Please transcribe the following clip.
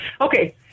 Okay